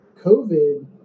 COVID